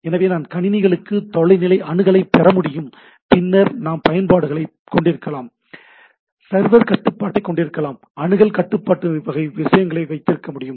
எனவே நான் கணினிகளுக்கு தொலைநிலை அணுகலைப் பெற முடியும் பின்னர் நாம் பயன்பாடுகளைக் கொண்டிருக்கலாம் சர்வர் கட்டுப்பாட்டைக் கொண்டிருக்கலாம் அணுகல் கட்டுப்பாட்டு வகை விஷயங்களை வைத்திருக்க முடியும்